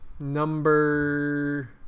number